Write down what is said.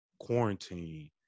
quarantine